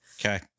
Okay